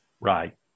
right